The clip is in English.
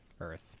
earth